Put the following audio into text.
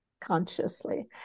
consciously